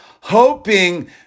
hoping